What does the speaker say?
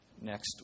next